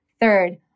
Third